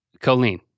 Colleen